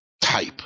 type